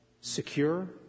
secure